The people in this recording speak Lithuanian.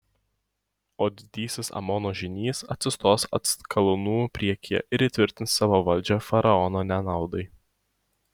o didysis amono žynys atsistos atskalūnų priekyje ir įtvirtins savo valdžią faraono nenaudai